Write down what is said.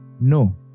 No